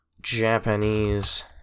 Japanese